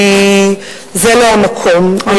כי זה לא המקום.